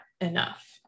enough